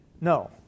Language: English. no